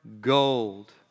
gold